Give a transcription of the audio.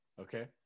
Okay